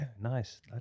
Nice